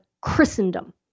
Christendom